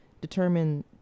determine